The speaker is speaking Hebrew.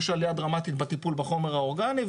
יש עלייה דרמטית בטיפול בחומר האורגני,